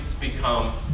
become